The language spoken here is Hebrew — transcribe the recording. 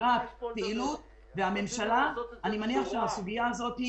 ואנחנו מייד נעביר לו את כל מה שמגיע לו מהרגע שהוא הופרש משוק העבודה.